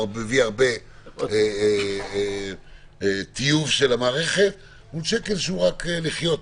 או מביא טיוב של המערכת מול שקל שהוא רק כדי לחיות.